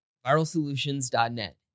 ViralSolutions.net